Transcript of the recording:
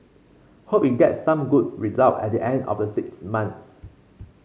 hope it gets some good result at the end of the six months